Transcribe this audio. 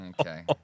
Okay